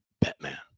Batman